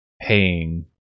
paying